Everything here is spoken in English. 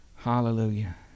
Hallelujah